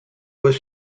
was